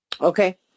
Okay